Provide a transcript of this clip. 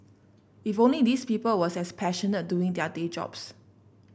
if only these people were as passionate doing their day jobs